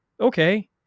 okay